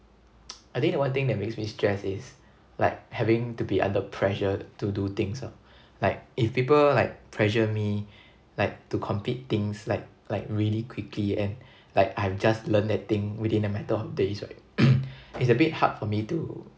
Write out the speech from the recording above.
I think the one thing that makes me stressed is like having to be under pressure to do things ah like if people like pressure me like to complete things like like really quickly and like I've just learned that thing within a matter of days right it's a bit hard for me to